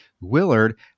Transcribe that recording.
Willard